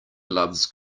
loves